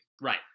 Right